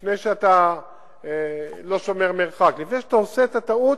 לפני שאתה לא שומר מרחק, לפני שאתה עושה את הטעות